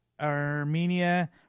Armenia